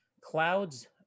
Clouds